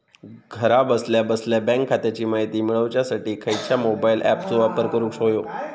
घरा बसल्या बसल्या बँक खात्याची माहिती मिळाच्यासाठी खायच्या मोबाईल ॲपाचो वापर करूक होयो?